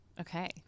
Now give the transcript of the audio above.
Okay